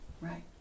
right